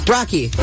Rocky